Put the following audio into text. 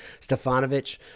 Stefanovic